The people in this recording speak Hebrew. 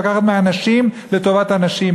היא לוקחת מאנשים לטובת אנשים.